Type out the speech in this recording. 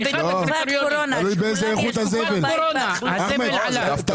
ובפרט קורונה שכולם ישבו בבית ואכלו.